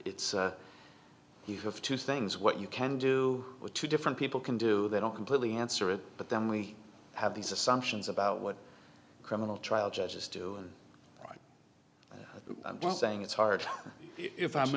it's you have two things what you can do or two different people can do they don't completely answer it but then we have these assumptions about what criminal trial judges do and i'm just saying it's hard if i